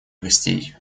гостей